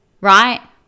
right